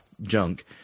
junk